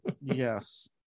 Yes